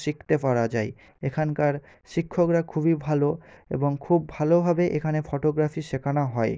শিখতে পারা যায় এখানকার শিক্ষকরা খুবই ভালো এবং খুব ভালোভাবে এখানে ফটোগ্রাফি শেখানো হয়